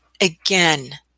again